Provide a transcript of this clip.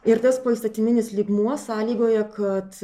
ir tas poįstatyminis lygmuo sąlygoja kad